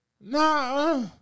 Nah